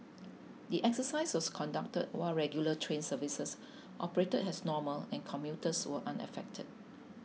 the exercise was conducted while regular train services operated as normal and commuters were unaffected